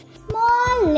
small